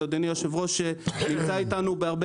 אבל אדוני יושב הראש נמצא איתנו בהרבה